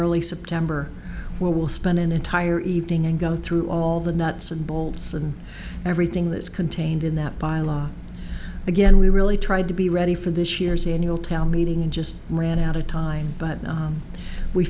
early september we will spend an entire evening and go through all the nuts and bolts and everything that is contained in that by law again we really tried to be ready for this year's annual town meeting in just ran out of time but